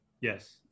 Yes